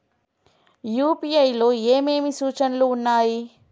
UPI లో ఏమేమి సూచనలు ఉన్నాయి?